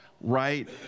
right